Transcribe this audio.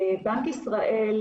בנק ישראל,